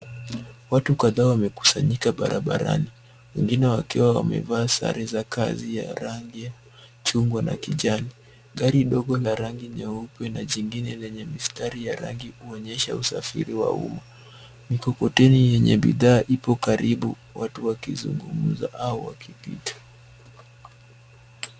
Watu kadhaa wamekusanyika barabarani wengine wakiwa wamevaa sare za kazi ya rangi ya chungwa na kijani. Gari dogo la rangi nyeupe na jingine lenye mistari ya rangi huonyesha usafiri wa umma. Mikokoteni yenye bidhaa ipo karibu watu wakizungumza au wakipita.